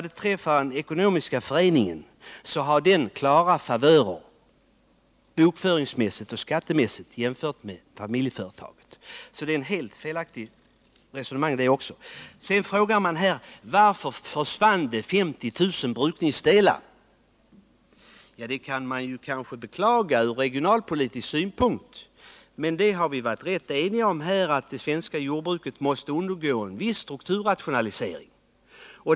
Den ekonomiska föreningen har klara favörer bokföringsmässigt och skattemässigt jämfört med familjeföretaget. Det är alltså också ett helt felaktigt resonemang som Jörn Svensson för i det avseendet. Sedan frågades det: Varför försvann 50 000 brukningsdelar? Vi har varit rätt eniga om att det svenska jordbruket måste undergå en viss strukturrationalisering.